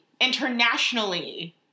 internationally